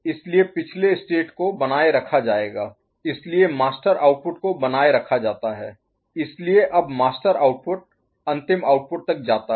इसलिए पिछले स्टेट को बनाए रखा जाएगा इसलिए मास्टर आउटपुट को बनाए रखा जाता है इसलिए अब मास्टर आउटपुट अंतिम आउटपुट तक जाता है